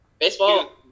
baseball